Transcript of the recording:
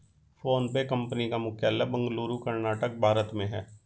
PhonePe company का मुख्यालय बेंगलुरु कर्नाटक भारत में है